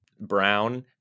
brown